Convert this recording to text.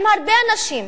עם הרבה אנשים.